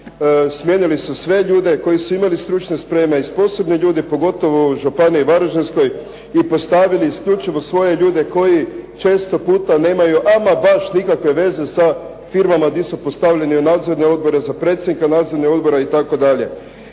Smijenili su sve ljude koji su imali stručne spreme i sposobne ljude pogotovo u Županiji varaždinskoj i postavili isključivo svoje ljude koji često puta nemaju ama baš nikakve veze sa firmama di su postavljeni u nadzorne odbore za predsjednika nadzornih odbora itd.